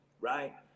right